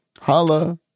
Holla